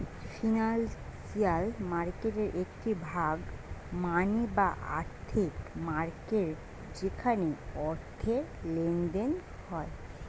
financial মার্কেটের একটি ভাগ মানি বা আর্থিক মার্কেট যেখানে অর্থের লেনদেন হয়